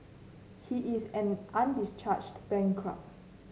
he is an undischarged bankrupt